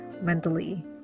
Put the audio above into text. mentally